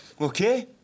Okay